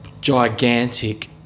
gigantic